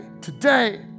today